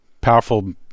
powerful